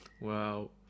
Wow